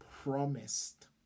promised